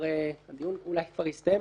והדיון אולי כבר הסתיים,